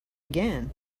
began